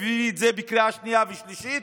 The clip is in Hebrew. מביא בקריאה שנייה ושלישית